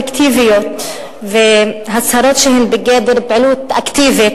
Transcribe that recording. הצהרות קולקטיביות והצהרות שהן בגדר פעילות אקטיבית,